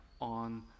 on